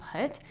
put